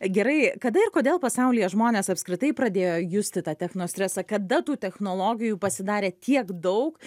gerai kada ir kodėl pasaulyje žmonės apskritai pradėjo justi tą techno stresą kada tų technologijų pasidarė tiek daug